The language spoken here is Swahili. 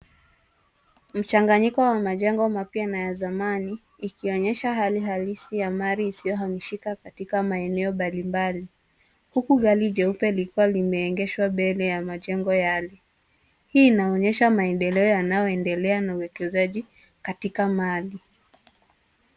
Mchanganyiko wa majengo mapya na ya zamani ikionyesha hali halisi ya mali isiyohamishika katika maeneo mbalimbali huku gari jeupe likiwa limeegeshwa mbele ya majengo yale. Hii inaonyesha maendeleo yanayoendelea na uwekezaji katika mali.